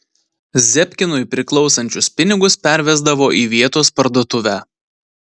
zebkinui priklausančius pinigus pervesdavo į vietos parduotuvę